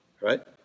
right